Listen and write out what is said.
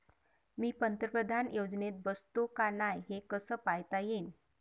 मी पंतप्रधान योजनेत बसतो का नाय, हे कस पायता येईन?